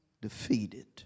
defeated